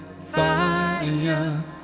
fire